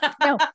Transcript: No